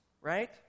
Right